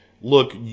look